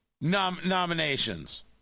nominations